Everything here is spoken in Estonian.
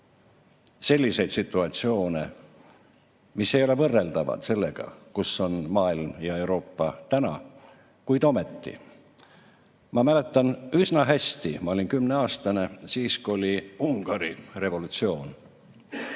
selliseid situatsioone, mis ei ole võrreldavad sellega, kus on maailm ja Euroopa täna. Kuid ometi. Ma mäletan üsna hästi, ma olin 10‑aastane, siis kui oli Ungari revolutsioon.